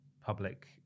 public